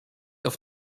auf